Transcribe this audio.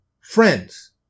friends